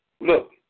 look